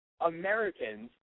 Americans